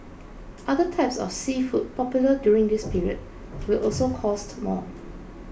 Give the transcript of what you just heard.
other types of seafood popular during this period will also cost more